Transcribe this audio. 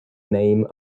name